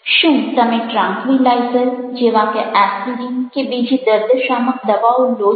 શું તમે tranquilliser tranquilizer જેવા કે એસ્પિરિન કે બીજી દર્દ શામક દવાઓ લો છો